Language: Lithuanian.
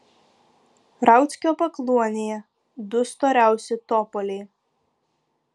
rauckio pakluonėje du storiausi topoliai